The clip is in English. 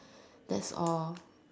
that's all